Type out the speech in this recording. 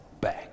back